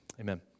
amen